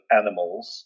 animals